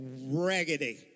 raggedy